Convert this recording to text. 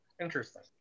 Interesting